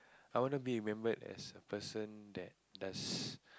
I wanna be remembered as a person that does